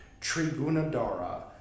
Trigunadara